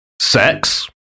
Sex